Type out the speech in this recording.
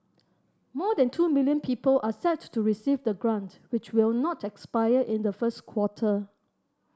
more than two million people are set to receive the grant which will not expire in the first quarter